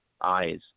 eyes